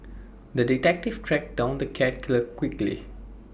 the detective tracked down the cat killer quickly